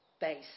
base